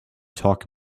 talk